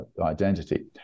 identity